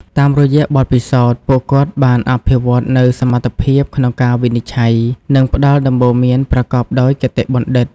តាមរយៈបទពិសោធន៍ ពួកគាត់បានអភិវឌ្ឍនូវសមត្ថភាពក្នុងការវិនិច្ឆ័យ និងផ្ដល់ដំបូន្មានប្រកបដោយគតិបណ្ឌិត។